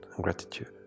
gratitude